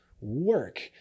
work